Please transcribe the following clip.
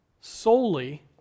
solely